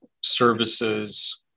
services